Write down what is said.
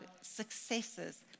successes